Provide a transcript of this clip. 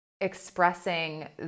expressing